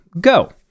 Go